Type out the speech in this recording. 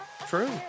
True